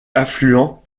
affluent